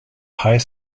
high